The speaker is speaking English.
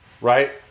Right